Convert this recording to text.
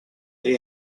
they